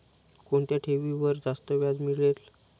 कोणत्या ठेवीवर जास्त व्याज मिळेल?